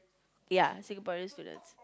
ya Singaporean students